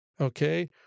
okay